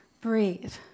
breathe